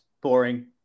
boring